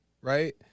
right